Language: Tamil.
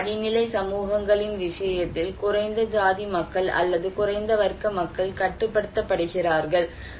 மிகவும் படிநிலை சமூகங்களின் விஷயத்தில் குறைந்த சாதி மக்கள் அல்லது குறைந்த வர்க்க மக்கள் கட்டுப்படுத்தப்படுகிறார்கள்